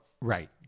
Right